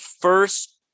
first